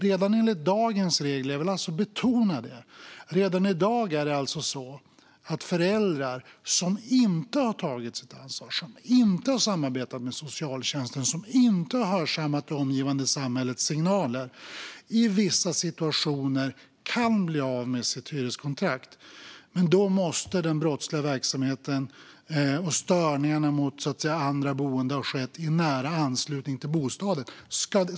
Redan enligt dagens regler - jag vill betona det - är det alltså så att föräldrar som inte har tagit sitt ansvar, som inte har samarbetat med socialtjänsten och som inte har hörsammat det omgivande samhällets signaler i vissa situationer kan bli av med sitt hyreskontrakt. Men då måste den brottsliga verksamheten och störningarna mot andra boende ha skett i nära anslutning till bostaden.